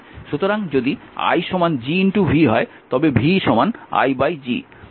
সুতরাং যদি i Gv হয় তবে v i G